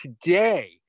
today